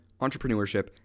entrepreneurship